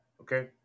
Okay